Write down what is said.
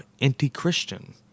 anti-Christian